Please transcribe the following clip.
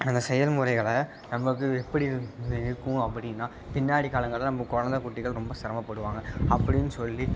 நம்ம செயல்முறைகளை நமக்கு எப்படி இ இருக்கும் அப்படின்னால் பின்னாடி காலங்கள் நம்ம கொழந்த குட்டிகள் ரொம்ப சிரமப்படுவாங்க அப்படின் சொல்லி